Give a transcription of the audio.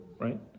Right